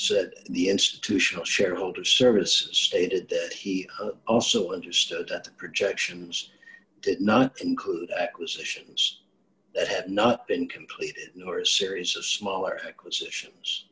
said the institutional shareholder service stated that he also understood that projections did not include acquisitions that have not been completed nor a series of smaller acquisitions